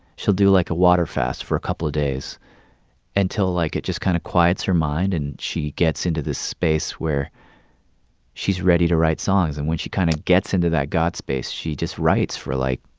she'll do, like, a water fast for a couple of days until, like, it just kind of quiets her mind and she gets into this space where she's ready to write songs. and when she kind of gets into that god space, she just writes for, like,